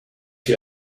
you